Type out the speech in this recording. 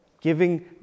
giving